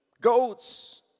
goats